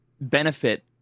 benefit